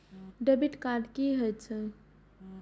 Debit card की होय छे?